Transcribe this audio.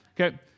Okay